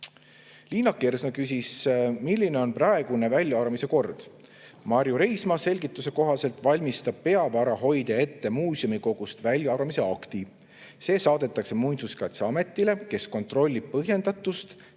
Liina Kersna küsis, milline on praegune väljaarvamise kord. Marju Reismaa selgituse kohaselt valmistab peavarahoidja ette muuseumikogust väljaarvamise akti. See saadetakse Muinsuskaitseametile, kes kontrollib põhjendatust